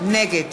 נגד